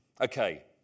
Okay